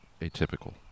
atypical